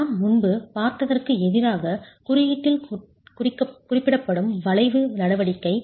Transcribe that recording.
நாம் முன்பு பார்த்ததற்கு எதிராக குறியீட்டில் குறிப்பிடப்படும் வளைவு நடவடிக்கை